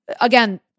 Again